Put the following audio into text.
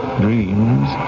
dreams